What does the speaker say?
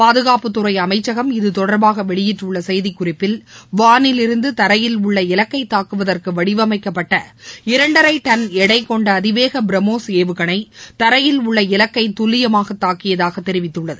பாதுகாப்புத்துறைஅமைச்சகம் இது தொடர்பாகவெளியிட்டுள்ளசெய்திக்குறிப்பில் வானிலிருந்துதரையில் உள்ள இலக்கைதாக்குவதற்குவடிவமைக்கப்பட்ட இரண்டரைடன் எடைகொண்டஅதிவேகபிரம்மோஸ் ஏவுகணை தரையில் உள்ள இலக்கைதுல்லியமாகதாக்கியதாகதெரிவித்துள்ளது